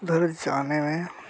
उधर जाने में